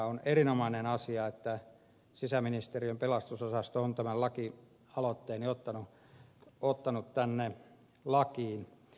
on erinomainen asia että sisäasiainministeriön pelastusosasto on tämän lakialoitteeni ottanut tänne lakiin